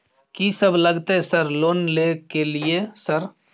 कि सब लगतै सर लोन ले के लिए सर?